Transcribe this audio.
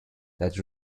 that